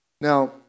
Now